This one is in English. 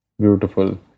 beautiful